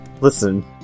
Listen